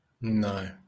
No